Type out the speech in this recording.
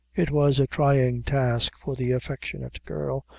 it was a trying task for the affectionate girl,